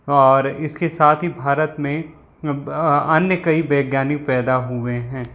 और इसके साथ ही भारत में अन्य कई वैज्ञानिक पैदा हुए हैं